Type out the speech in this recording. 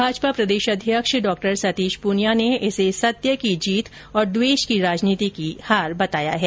भाजपा प्रदेशाध्यक्ष डॉ सतीश पूनिया ने इसे सत्य की जीत और द्वेष की राजनीति की हार बताया है